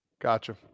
Gotcha